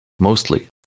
mostly